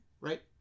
Right